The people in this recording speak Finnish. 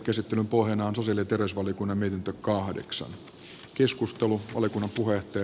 käsittelyn pohjana on sosiaali ja terveysvaliokunnan mietintö